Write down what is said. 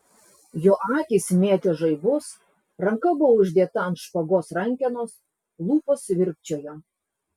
jo akys mėtė žaibus ranka buvo uždėta ant špagos rankenos lūpos virpčiojo